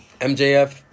MJF